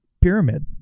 pyramid